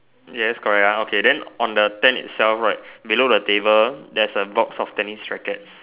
yes correct okay then on the tent itself right below the table there's a box of tennis rackets